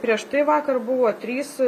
prieš tai vakar buvo trys